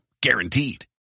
Guaranteed